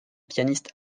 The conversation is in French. pianiste